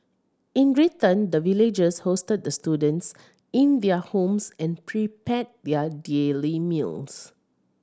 in return the villagers hosted the students in their homes and prepared their daily meals